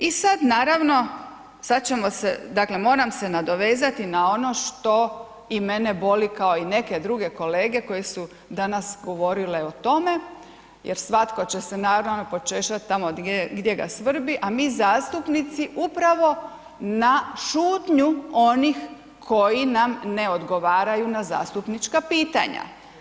I sad naravno, sad ćemo se, dakle moram se nadovezati na ono što i mene boli kao i neke druge kolege koji su danas govorile o tome jer svatko će se naravno počešat tamo gdje ga svrbi a mi zastupnici upravo na šutnju onih koji nam ne odgovaraju na zastupnička pitanja.